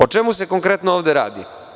O čemu se konkretno ovde radi?